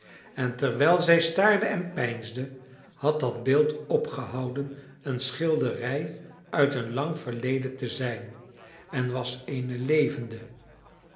en terwijl zij staarde en peinsde had dat beeld opgehouden een schilderij uit het lang verleden te zijn en was eene levende